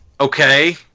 okay